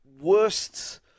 worst